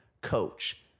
coach